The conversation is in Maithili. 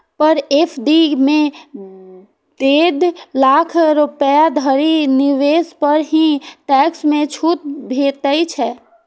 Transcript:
पर एफ.डी मे डेढ़ लाख रुपैया धरि निवेश पर ही टैक्स मे छूट भेटै छै